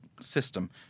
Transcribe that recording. system